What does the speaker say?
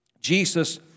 Jesus